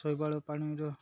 ଶୈବାଳ ପାଣିର